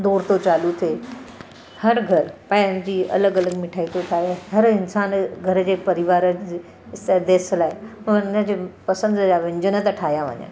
दोर थो चालू थिए हर घर पंहिंजी अलॻि अलॻि मिठाई थो ठाहे हर इंसान जे घर जे परिवार जे सदस्य लाइ त हुननि जे पसंदि जा व्यंजन था ठाहिया वञनि